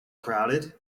crowded